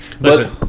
listen